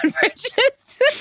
Bridges